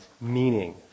meaning